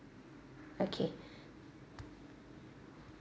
okay